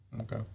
Okay